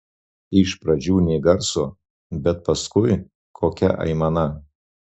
iš pradžių nė garso bet paskui kokia aimana